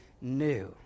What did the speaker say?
new